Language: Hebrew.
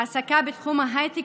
העסקה בתחום ההייטק,